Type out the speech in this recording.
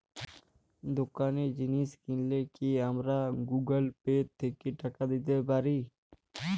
দোকানে জিনিস কিনলে কি আমার গুগল পে থেকে টাকা দিতে পারি?